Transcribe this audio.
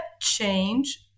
change